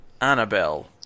Annabelle